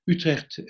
Utrecht